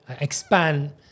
expand